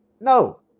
no